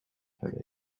per